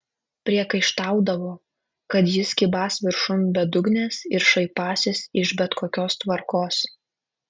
priekaištaudavo kad jis kybąs viršum bedugnės ir šaipąsis iš bet kokios tvarkos